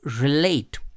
relate